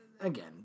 again